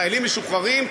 חיילים משוחררים,